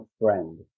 friend